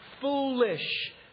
foolish